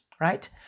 right